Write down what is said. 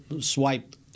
swipe –